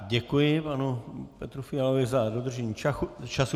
Děkuji panu Petru Fialovi za dodržení času.